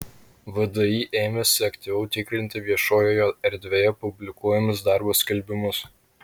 vdi ėmėsi aktyviau tikrinti viešojoje erdvėje publikuojamus darbo skelbimus